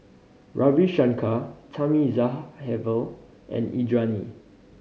Ravi Shankar Thamizhavel and Indranee